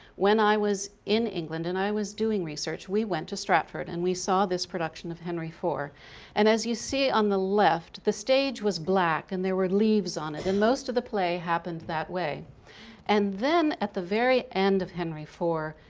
when i was in england and i was doing research we went to stratford and we saw this production of henry iv and as you see on the left, the stage was black and there were leaves on it and most of the play happened that way and then at the very end of henry iv,